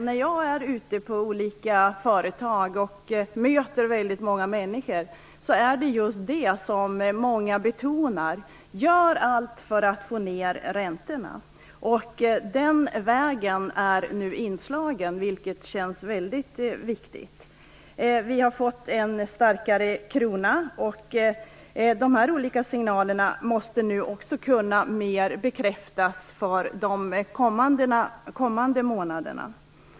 När jag är ute på olika företag och möter många olika människor är det just detta som många betonar; gör allt för att få ned räntorna. Den vägen har vi nu slagit in på, vilket känns väldigt viktigt. Vi har fått en starkare krona. Dessa olika signaler måste nu också kunna bekräftas för de kommande månaderna.